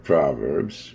Proverbs